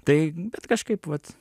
tai kažkaip vat